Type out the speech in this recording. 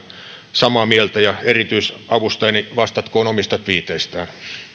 samaa mieltä ja erityisavustajani vastatkoon omista tviiteistään